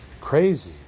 crazy